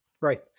Right